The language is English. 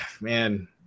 man